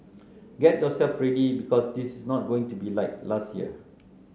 get yourself ready because this is not going to be like last year